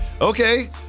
Okay